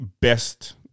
best